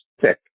thick